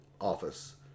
office